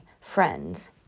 Friends